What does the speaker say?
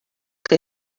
que